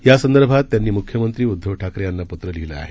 यासंदर्भात त्यांनी मुख्यमंत्री उद्दव ठाकरे यांना पत्र लिहलं आहे